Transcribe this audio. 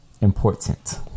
Important